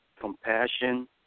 compassion